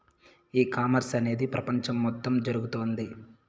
ఈ కామర్స్ అనేది ప్రపంచం మొత్తం జరుగుతోంది